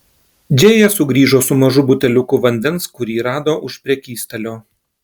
džėja sugrįžo su mažu buteliuku vandens kurį rado už prekystalio